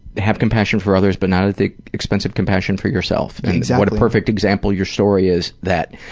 have compassion for others but not at the expense of compassion for yourself, and what a perfect example your story is that